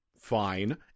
fine